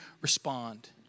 respond